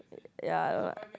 ya I